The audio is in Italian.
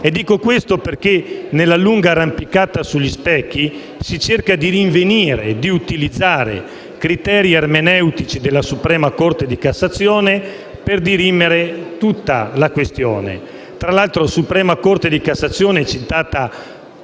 Dico questo perché nella lunga arrampicata sugli specchi si cerca di rinvenire e utilizzare criteri ermeneutici della suprema Corte di cassazione per dirimere tutta la questione. Tra l'altro, almeno a mio parere, la suprema Corte di cassazione è citata